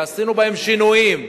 ועשינו בהם שינויים.